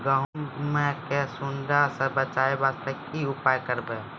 गहूम के सुंडा से बचाई वास्ते की उपाय करबै?